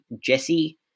jesse